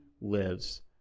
lives